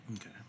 Okay